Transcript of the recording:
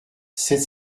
sept